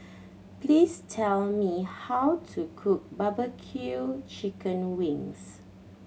please tell me how to cook barbecue chicken wings